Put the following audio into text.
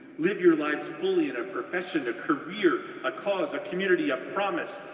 live your lives fully, in a profession, a career, a cause, a community, a promise,